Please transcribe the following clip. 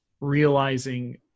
realizing